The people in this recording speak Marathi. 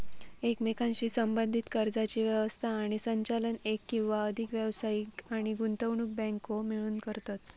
एकमेकांशी संबद्धीत कर्जाची व्यवस्था आणि संचालन एक किंवा अधिक व्यावसायिक आणि गुंतवणूक बँको मिळून करतत